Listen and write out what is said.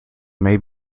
may